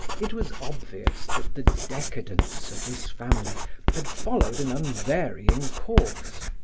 it was obvious that the decadence of this family had followed an unvarying course.